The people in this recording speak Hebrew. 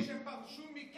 שמעת אותי אומר את